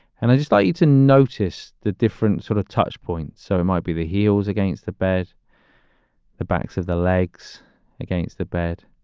and i just like you to notice the different sort of touch points. so it might be the heels against the bed the backs of the legs against the bed.